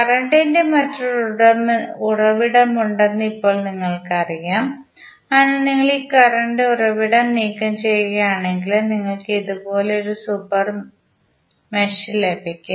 current ഇന്റെ മറ്റൊരു ഉറവിടമുണ്ടെന്ന് ഇപ്പോൾ നിങ്ങൾക്കറിയാം അതിനാൽ നിങ്ങൾ ഈ കറന്റ് ഉറവിടം നീക്കംചെയ്യുകയാണെങ്കിൽ നിങ്ങൾക്ക് ഇതുപോലെ ഒരു സൂപ്പർ മെഷ് ലഭിക്കും